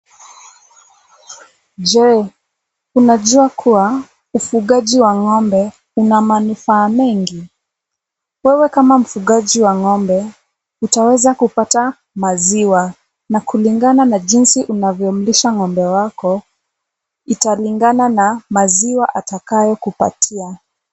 Je, unajua kuwa ufugaji wa ng'ombe una manufaa mengi? Wewe kama mfugaji wa ng'ombe utaweza kupata maziwa na kulingana na jinsi unavyomlisha ng'ombe wako italingana na maziwa atakayokupatia.